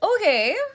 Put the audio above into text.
Okay